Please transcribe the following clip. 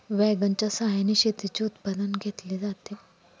वॅगनच्या सहाय्याने शेतीचे उत्पादन घेतले जाते